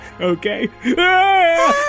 okay